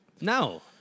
No